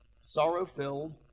sorrow-filled